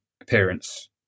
appearance